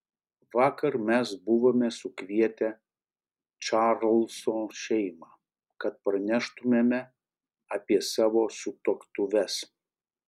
vakar mes buvome sukvietę čarlzo šeimą kad praneštumėme apie savo sutuoktuves